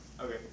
Okay